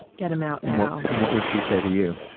get him out now! and what would she say to you?